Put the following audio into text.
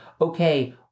okay